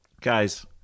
Guys